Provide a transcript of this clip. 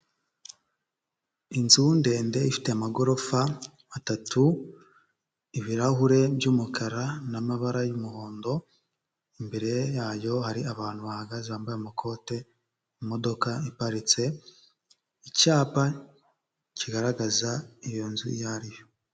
Inzu ndende ifite amagorofa atatu, ibirahure by'umukara n'amabara y'umuhondo, imbere yayo hari abantu bahagaze bambaye amakoti, imodoka iparitse, icyapa kigaragaza iyo nzu iyo ariyo.